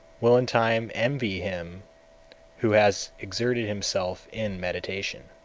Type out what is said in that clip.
will in time envy him who has exerted himself in meditation.